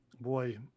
boy